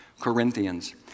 Corinthians